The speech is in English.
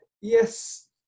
Yes